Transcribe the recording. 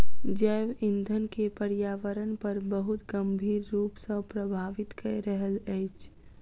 जैव ईंधन के पर्यावरण पर बहुत गंभीर रूप सॅ प्रभावित कय रहल अछि